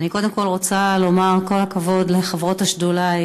אני קודם כול רוצה לומר כל הכבוד לחברות השדולה,